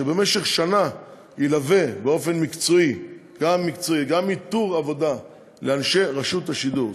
שבמשך שנה ילווה באופן מקצועי גם איתור עבודה לאנשי רשות השידור.